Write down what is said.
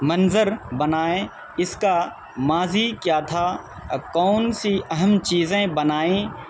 منظر بنائیں اس کا ماضی کیا تھا کون سی اہم چیزیں بنائیں